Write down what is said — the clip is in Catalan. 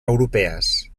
europees